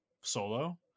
solo